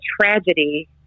tragedy